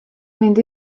mynd